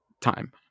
time